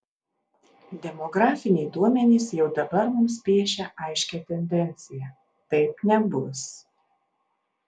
demografiniai duomenys jau dabar mums piešia aiškią tendenciją taip nebus